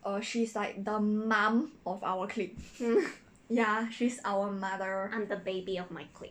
err she's like the mum of our clique ya she's our mother